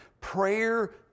Prayer